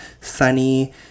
Sunny